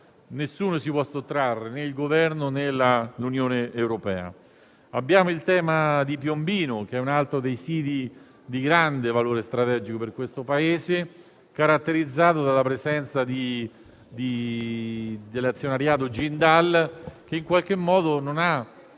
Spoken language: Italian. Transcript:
nessuno si può sottrarre, inclusi il Governo e l'Unione europea. Abbiamo il tema di Piombino, un altro dei siti di grande valore strategico per questo Paese, caratterizzato dalla presenza dell'azionariato Jindal, che in questi anni non ha